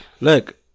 Look